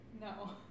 No